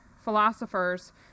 philosophers